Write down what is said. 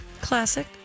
classic